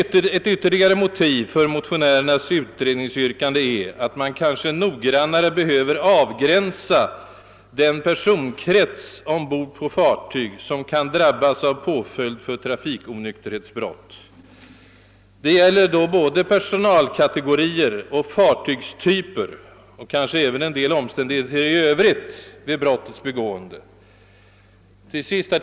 Ytterligare ett motiv för motionärernas utredningsyrkande är att man kanske mera noggrant behöver avgränsa den personkrets ombord på ett fartyg, som kan drabbas av påföljd för trafikonykterhetsbrott. Det gäller både olika personalkategorier på större fartyg och personal på olika fartygstyper, kanske även en del omständigheter i övrigt vid brottets begående.